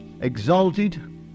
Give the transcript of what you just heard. exalted